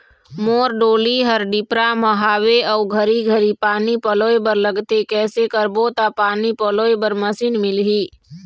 मोर डोली हर डिपरा म हावे अऊ घरी घरी पानी पलोए बर लगथे कैसे करबो त पानी पलोए बर मशीन मिलही?